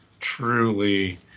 Truly